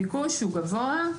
הביקוש הוא גבוה,